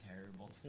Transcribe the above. terrible